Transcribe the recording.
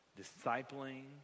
discipling